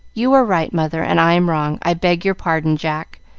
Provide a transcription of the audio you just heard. you are right, mother, and i am wrong. i beg your pardon, jack,